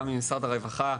גם עם משרד הרווחה,